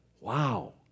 Wow